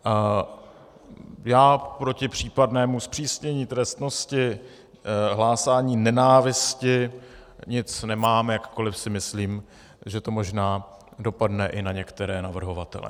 Já proti případnému zpřísnění trestnosti hlásání nenávisti nic nemám, jakkoli si myslím, že to možná dopadne i na některé navrhovatele.